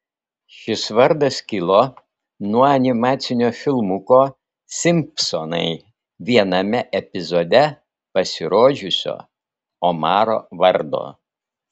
šis vardas kilo nuo animacinio filmuko simpsonai viename epizode pasirodžiusio omaro vardo